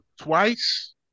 twice